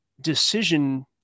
decision